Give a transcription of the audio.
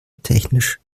technisch